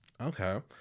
okay